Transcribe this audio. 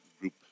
group